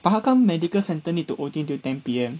but how come medical centre need to O_T until ten P_M